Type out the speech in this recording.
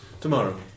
Tomorrow